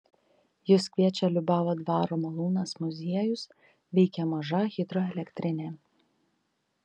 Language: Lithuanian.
jus kviečia liubavo dvaro malūnas muziejus veikia maža hidroelektrinė